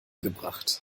gebracht